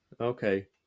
Okay